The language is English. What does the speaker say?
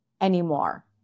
anymore